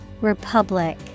Republic